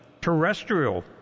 terrestrial